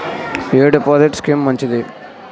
ఎ deposit scheme మంచిది?